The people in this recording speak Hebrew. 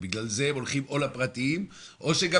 ובגלל זה הם הולכים או לפרטיים או שגם